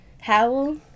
Howell